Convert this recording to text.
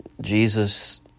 Jesus